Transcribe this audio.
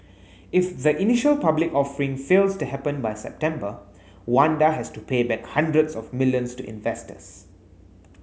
if the initial public offering fails to happen by September Wanda has to pay back hundreds of millions to investors